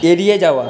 এড়িয়ে যাওয়া